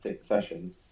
session